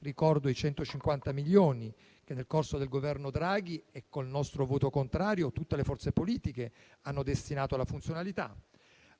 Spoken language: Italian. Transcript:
ricordo i 150 milioni, che nel corso del Governo Draghi e con il nostro voto contrario tutte le forze politiche hanno destinato alla funzionalità.